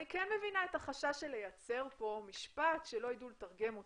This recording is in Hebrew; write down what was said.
אני מבינה את החשש לייצר פה משפט שלא ידעו לתרגם אותו.